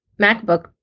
MacBook